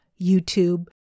YouTube